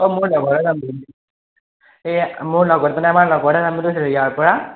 অঁ মোৰ লগৰ এজন এইয়া মোৰ লগত মানে আমাৰ লগৰ এটা যাম বুলি কৈছে ইয়াৰপৰা